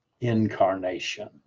incarnation